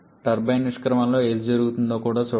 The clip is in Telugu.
టర్బైన్ నిష్క్రమణలో ఏమి జరుగుతుందో కూడా చూడండి